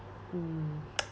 mm